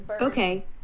Okay